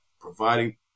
providing